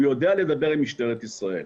הוא יודע לדבר עם משטרת ישראל,